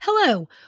Hello